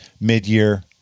mid-year